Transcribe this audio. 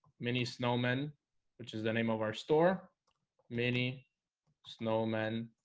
mini snowmen which is the name of our store mini snowmen,